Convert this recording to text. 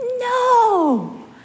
No